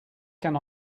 can